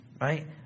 Right